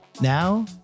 Now